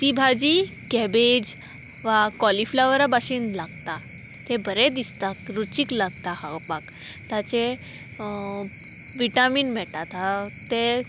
ती भाजी कॅबेज वा कॉलिफ्लावर भाशेन लागता ते बरें दिसता रुचीक लागता खावपाक ताचे विटामीन मेळटात हांव ते